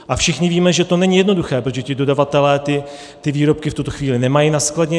A všichni víme, že to není jednoduché, protože ti dodavatelé ty výrobky v tuto chvíli nemají naskladněné.